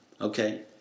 Okay